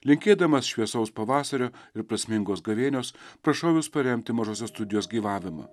linkėdamas šviesaus pavasario ir prasmingos gavėnios prašau jus paremti mažosios studijos gyvavimą